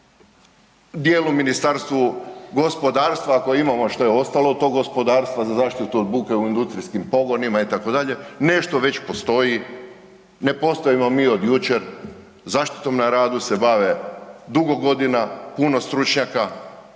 dijelu Ministarstvu gospodarstva ako imamo što je ostalo od tog gospodarstva, za zaštitu od buke u industrijskim pogonima itd., nešto već postoji, ne postojimo mi od jučer, zaštitom na radu se bave dugo godina puno stručnjaka,